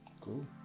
Cool